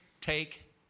take